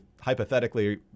hypothetically